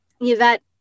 Yvette